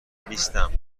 نیستم